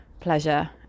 pleasure